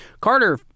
Carter